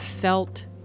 felt